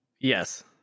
Yes